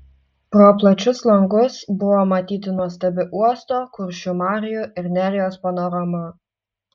pro plačius langus buvo matyti nuostabi uosto kuršių marių ir nerijos panorama